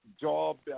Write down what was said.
job